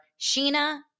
Sheena